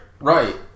Right